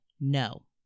no